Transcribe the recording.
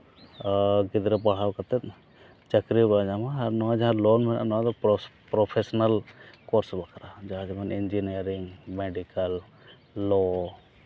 ᱜᱤᱫᱽᱨᱟᱹ ᱯᱟᱲᱦᱟᱣ ᱠᱟᱛᱮᱫ ᱪᱟᱹᱠᱨᱤ ᱵᱟᱭ ᱧᱟᱢᱟ ᱟᱨ ᱱᱚᱣᱟ ᱡᱟᱦᱟᱸ ᱞᱳᱱ ᱚᱱᱟ ᱫᱚ ᱯᱨᱚᱯᱷᱮᱥᱚᱱᱟᱞ ᱠᱳᱥ ᱵᱟᱠᱷᱨᱟ ᱡᱟᱦᱟᱸ ᱫᱚ ᱢᱟᱱᱮ ᱤᱧᱡᱤᱱᱤᱭᱟᱨᱤᱝ ᱢᱮᱹᱰᱤᱠᱮᱞ ᱞᱚ